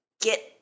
get